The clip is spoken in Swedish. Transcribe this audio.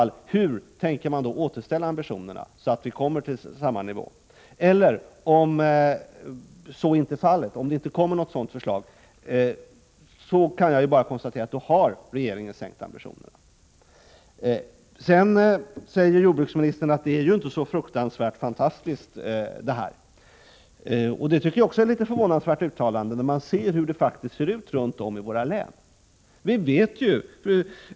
Hur tänker man i så fall återställa ambitionerna så att de når samma nivå? Om det inte kommer något sådant förslag, kan jag bara konstatera att regeringen har sänkt ambitionerna. Sedan sade jordbruksministern att detta inte är så fruktansvärt fantastiskt. Det är ett mycket förvånansvärt uttalande, när man ser hur det faktiskt ser ut runt om i våra län. Fru talman!